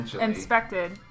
inspected